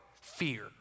fear